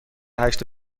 هشت